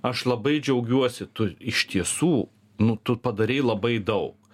aš labai džiaugiuosi tu iš tiesų nu tu padarei labai daug